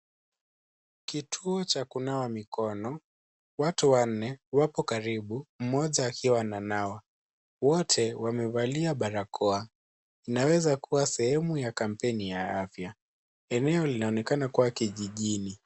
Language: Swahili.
Kituo cha kunawa mikono. Watu wanne wapo karibu mmoja akiwa ananawa, wote wamevalia barakoa. Inaweza kuwa sehemu ya kampeni ya afya, eneo linaonekana kuwa kijijini.